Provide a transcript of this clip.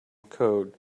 code